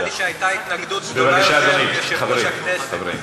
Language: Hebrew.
נראה לי שהייתה התנגדות גדולה יותר עם יושב-ראש הכנסת.